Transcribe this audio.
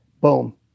boom